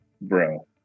Bro